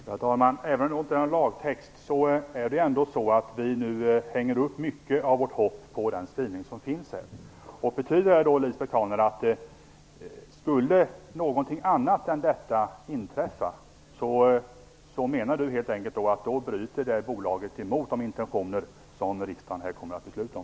Herr talman! Även om det inte är en lagtext hänger vi upp mycket av vårt hopp på den skrivning som finns här. Menar Lisbet Calner att om något annat än detta skulle inträffa så bryter bolaget mot de intentioner som riksdagen här kommer att besluta om?